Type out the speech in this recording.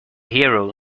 hero